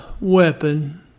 weapon